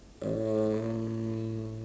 um